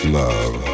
love